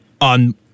on